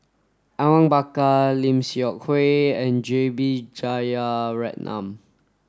Awang Bakar Lim Seok Hui and J B Jeyaretnam